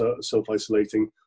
self-isolating